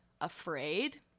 afraid